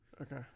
Okay